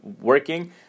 working